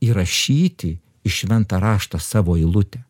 įrašyti į šventą raštą savo eilutę